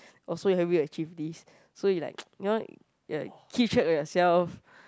oh so you have you achieved this so you like you know you like keep track of yourself